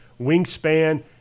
wingspan